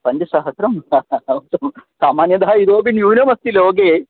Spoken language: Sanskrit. पञ्चसहस्रं सामान्यतः इतोपि न्यूनम् अस्ति लोके